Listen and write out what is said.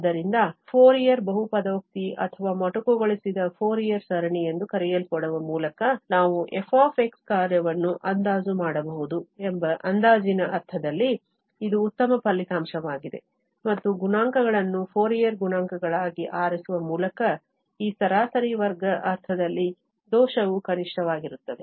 ಆದ್ದರಿಂದ ಫೋರಿಯರ್ ಬಹುಪದೋಕ್ತಿ ಅಥವಾ ಮೊಟಕುಗೊಳಿಸಿದ ಫೋರಿಯರ್ ಸರಣಿ ಎಂದು ಕರೆಯಲ್ಪಡುವ ಮೂಲಕ ನಾವು f ಕಾರ್ಯವನ್ನು ಅಂದಾಜು ಮಾಡಬಹುದು ಎಂಬ ಅಂದಾಜಿನ ಅರ್ಥದಲ್ಲಿ ಇದು ಉತ್ತಮ ಫಲಿತಾಂಶವಾಗಿದೆ ಮತ್ತು ಗುಣಾಂಕಗಳನ್ನು ಫೋರಿಯರ್ ಗುಣಾಂಕಗಳಾಗಿ ಆರಿಸುವ ಮೂಲಕ ಈ ಸರಾಸರಿ ವರ್ಗ ಅರ್ಥದಲ್ಲಿ ದೋಷವು ಕನಿಷ್ಠವಾಗಿರುತ್ತದೆ